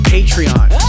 Patreon